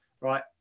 right